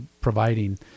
providing